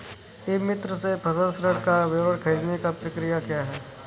ई मित्र से फसल ऋण का विवरण ख़रीदने की प्रक्रिया क्या है?